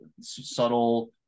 subtle